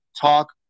talk